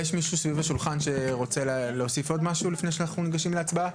יש מישהו סביב השולחן שרוצה להוסיף עוד משהו לפני ניגשים להצבעה?